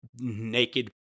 naked